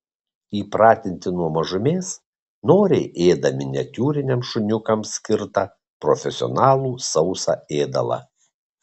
įpratinti nuo mažumės noriai ėda miniatiūriniams šuniukams skirtą profesionalų sausą ėdalą